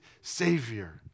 savior